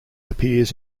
appears